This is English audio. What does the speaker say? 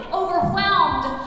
overwhelmed